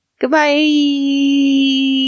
goodbye